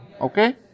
okay